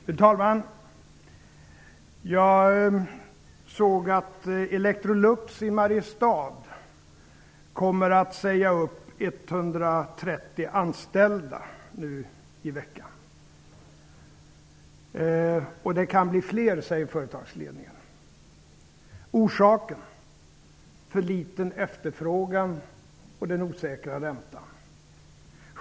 Fru talman! Jag läste att Electrolux i Mariestad kommer att säga upp 130 anställda nu i veckan. Och det kan bli fler, säger företagsledningen. Orsaken: för liten efterfrågan och den osäkra räntan.